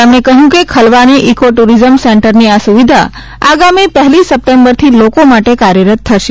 તેમણે કહ્યું કે ખલવાની ઇકો ટૂરિઝમ સેન્ટરની આ સુવિધા આગામી પહેલી સપ્ટેમ્બરથી લોકો માટે કાર્યરત થશે